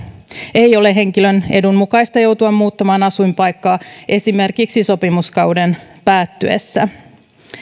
ei ole henkilön edun mukaista joutua muuttamaan asuinpaikkaa esimerkiksi sopimuskauden päättyessä